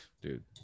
dude